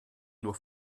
nur